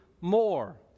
more